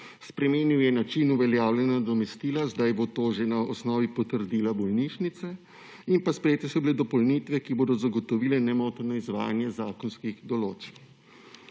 spremenil je način uveljavljanja nadomestila, zdaj bo to že na osnovi potrdila bolnišnice, in sprejete so bile dopolnitve, ki bodo zagotovile nemoteno izvajanje zakonskih določb.